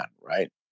right